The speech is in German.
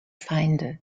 feinde